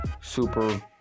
Super